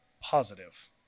positive